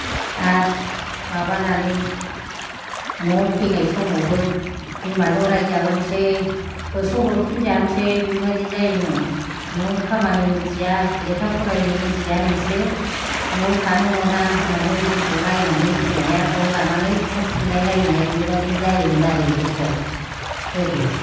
आरो माबानानै न'वाव फैनाय समावबो बिमाजों रायजाबोनोसै होसो हरफिनजानोसै बिबायदि जायोमोन न'वाव खामानि मोनथिया लेखा फरायनो मोनथिया नोंसोरो न'वाव थानो मोना होन्नानै जोंखौ रायनानै बिमाया गन लानानै होहरफिनलाय लायनाय बिबादि जायोमोन आरो जोंखौ गोदो